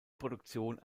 produktion